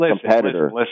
competitor